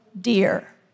dear